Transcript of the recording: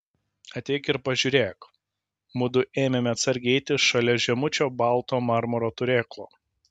ateik ir pažiūrėk mudu ėmėme atsargiai eiti šalia žemučio balto marmuro turėklo